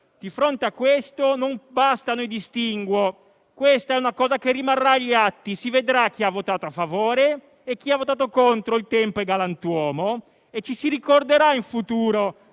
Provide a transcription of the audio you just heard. di fronte a questo, non bastano i distinguo. Questa è una cosa che rimarrà gli atti: si vedrà chi ha votato a favore e chi ha votato contro. Il tempo è galantuomo e ci si ricorderà in futuro